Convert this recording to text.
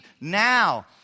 now